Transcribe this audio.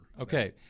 Okay